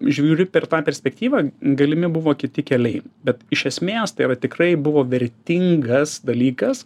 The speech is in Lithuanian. žiūri per tą perspektyvą galimi buvo kiti keliai bet iš esmės tai yra tikrai buvo vertingas dalykas